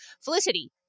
Felicity